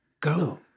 Go